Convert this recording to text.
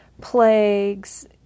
plagues